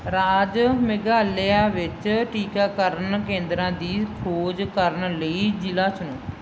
ਰਾਜ ਮੇਘਾਲਿਆ ਵਿੱਚ ਟੀਕਾਕਰਨ ਕੇਂਦਰਾਂ ਦੀ ਖੋਜ ਕਰਨ ਲਈ ਜ਼ਿਲ੍ਹਾ ਚੁਣੋ